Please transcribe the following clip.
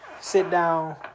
sit-down